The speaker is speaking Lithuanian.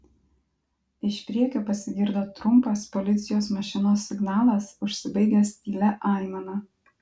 iš priekio pasigirdo trumpas policijos mašinos signalas užsibaigęs tylia aimana